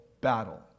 battle